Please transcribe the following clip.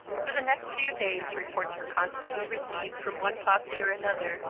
for the next few days reports were constantly received from one posse or another,